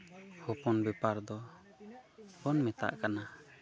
ᱦᱚᱯᱚᱱ ᱵᱮᱯᱟᱨ ᱫᱚᱵᱚᱱ ᱢᱮᱛᱟᱜ ᱠᱟᱱᱟ